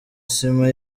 sima